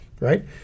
right